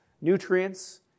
nutrients